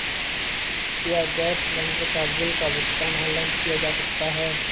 क्या gas cylinder bill का भुगतान ऑनलाइन किया जा सकता है?